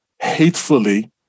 hatefully